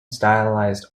stylized